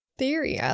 theory